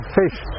fish